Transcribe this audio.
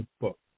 book